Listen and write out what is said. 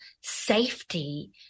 safety